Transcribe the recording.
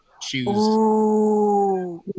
choose